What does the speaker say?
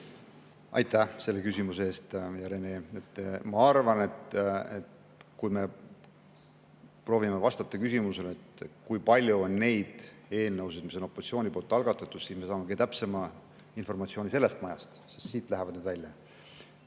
Aitäh selle küsimuse eest, hea Rene! Ma arvan, et kui me proovime vastata küsimusele, kui palju on neid eelnõusid, mis on opositsiooni algatatud, siis me saame kõige täpsema informatsiooni sellest majast, sest siit lähevad need välja